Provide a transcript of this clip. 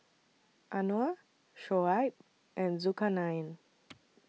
Anuar Shoaib and Zulkarnain